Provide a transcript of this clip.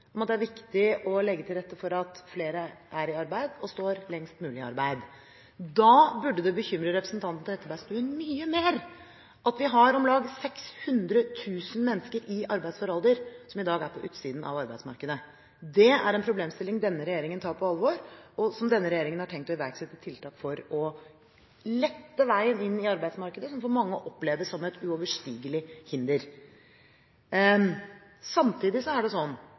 om at det er viktig å legge til rette for at flere er i arbeid og står lengst mulig i arbeid. Da burde det bekymre representanten Trettebergstuen mye mer at vi har om lag 600 000 mennesker i arbeidsfør alder som i dag er på utsiden av arbeidsmarkedet. Det er en problemstilling denne regjeringen tar på alvor, og denne regjeringen har tenkt å iverksette tiltak for å lette veien inn i arbeidsmarkedet, som for mange oppleves som et uoverstigelig hinder. Samtidig er det